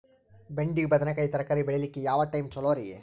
ಬೆಂಡಿ ಬದನೆಕಾಯಿ ತರಕಾರಿ ಬೇಳಿಲಿಕ್ಕೆ ಯಾವ ಟೈಮ್ ಚಲೋರಿ?